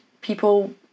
people